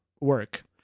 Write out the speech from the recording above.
work